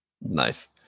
nice